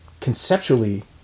conceptually